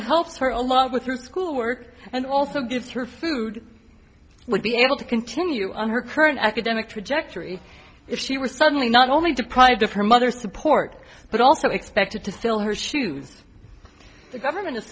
hopes her along with through school work and also gives her food would be able to continue on her current academic trajectory if she were suddenly not only deprived of her mother support but also expected to fill her shoes the government